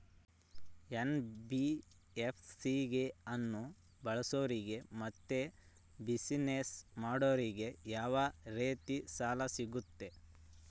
NBFC ಅನ್ನು ಬಳಸೋರಿಗೆ ಮತ್ತೆ ಬಿಸಿನೆಸ್ ಮಾಡೋರಿಗೆ ಯಾವ ರೇತಿ ಸಾಲ ಸಿಗುತ್ತೆ?